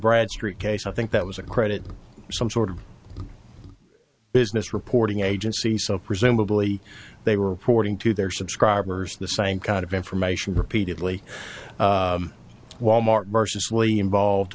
bradstreet case i think that was a credit some sort of business reporting agency so presumably they were reporting to their subscribers the same kind of information repeatedly wal mart mercilessly involved